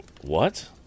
What